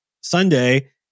Sunday